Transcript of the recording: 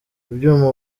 ibyuma